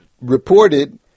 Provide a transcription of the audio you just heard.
reported